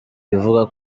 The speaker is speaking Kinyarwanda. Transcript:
bivuga